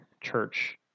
church